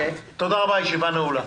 הישיבה נעולה.